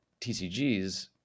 tcgs